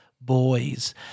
boys